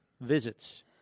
visits